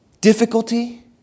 difficulty